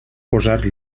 posar